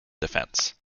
defense